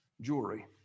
Jewelry